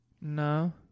No